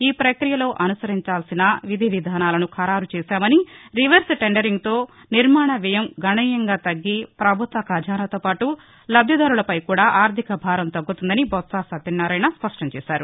ఈ ప్రక్రియలో అనుసరించాల్సిన విధివిధానాలను ఖరారు చేశామని రివర్స్ టెండరింగ్తో నిర్మాణ వ్యయం గణనీయంగా తగ్గి ప్రభుత్వ ఖజానాతోపాటు లబ్దిదారులపై కూడా ఆర్దిక భారం తగ్గుతుందని బొత్స సత్యనారాయణ స్పష్టంచేశారు